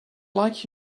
like